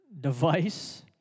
device